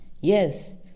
yes